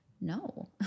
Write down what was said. No